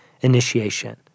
initiation